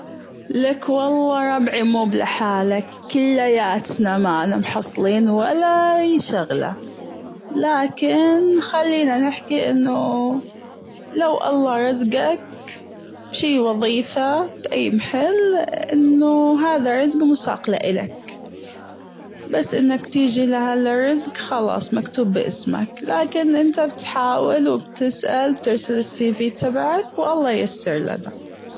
لك والله ربعي موبحالك كلياتنا مانا محصلين ولا أي شغلة لكن خلينا نحكي أنه لو ربنا رزقك بشي وظيفة بأي محل أنه هذا رزق مساق لألك بس أنك تيجي لها الرزج خلاص مكتوب بأسمك لكن أنت بتحاول وبتسأل وبترسل السي ڤي تبعك والله ييسرلك.